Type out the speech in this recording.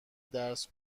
درس